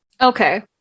Okay